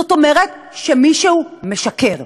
זאת אומרת שמישהו משקר.